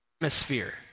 atmosphere